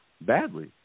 badly